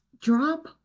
drop